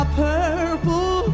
purple